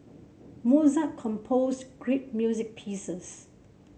Mozart composed great music pieces